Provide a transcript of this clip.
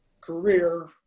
career